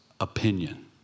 opinion